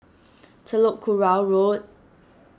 Telok Kurau Road